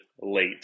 late